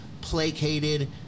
placated